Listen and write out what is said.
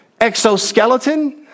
exoskeleton